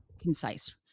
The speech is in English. concise